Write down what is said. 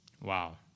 Wow